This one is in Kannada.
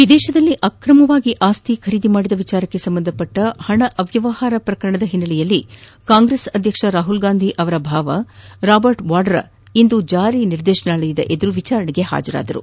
ವಿದೇಶದಲ್ಲಿ ಅಕ್ರಮವಾಗಿ ಆಸ್ತಿಯನ್ನು ಖರೀದಿಸಿದ ವಿಚಾರಕ್ಕೆ ಸಂಬಂಧಿಸಿದ ಹಣ ಅವ್ಯವಹಾರ ಪ್ರಕರಣದ ಹಿನ್ನೆಲೆಯಲ್ಲಿ ಕಾಂಗ್ರೆಸ್ ಅಧ್ಯಕ್ಷ ರಾಹುಲ್ಗಾಂಧಿ ಅವರ ಭಾವ ರಾಬರ್ಟ್ ವಾದ್ರಾ ಇಂದು ಜಾರಿನಿರ್ದೇಶನಾಲಯದ ಎದುರು ವಿಚಾರಣೆಗೆ ಹಾಜರಾದರು